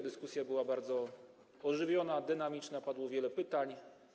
Dyskusja była bardzo ożywiona, dynamiczna, padło wiele pytań.